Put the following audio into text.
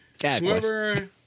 Whoever